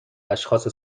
اشخاص